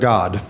God